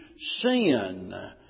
sin